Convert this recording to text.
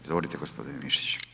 Izvolite gospodine Mišić.